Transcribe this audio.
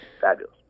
Fabulous